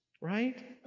right